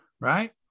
right